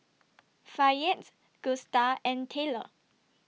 Fayette Gusta and Tayler